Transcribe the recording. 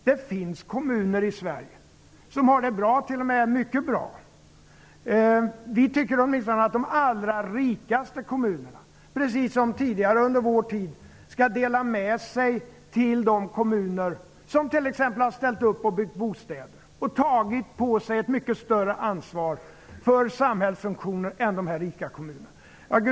Det finns kommuner i Sverige som har det bra, t.o.m. mycket bra. Vi tycker att åtminstone de allra rikaste kommunerna, precis som tidigare under vår tid, skall dela med sig till de kommuner som t.ex. har ställt upp och byggt bostäder och tagit på sig ett mycket större ansvar för samhällsfunktioner än dessa rika kommuner.